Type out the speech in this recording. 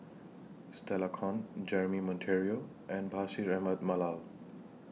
Stella Kon Jeremy Monteiro and Bashir Ahmad Mallal